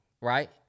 right